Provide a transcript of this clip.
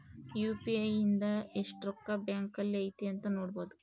UPI ಇಂದ ಎಸ್ಟ್ ರೊಕ್ಕ ಬ್ಯಾಂಕ್ ಅಲ್ಲಿ ಐತಿ ಅಂತ ನೋಡ್ಬೊಡು